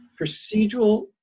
procedural –